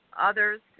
others